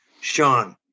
Sean